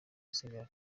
misigaro